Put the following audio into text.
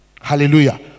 Hallelujah